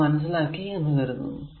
ഇത് മനസ്സിലാക്കി എന്ന് കരുതുന്നു